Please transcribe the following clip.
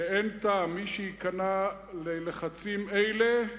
שאין טעם, מי שייכנע ללחצים אלה,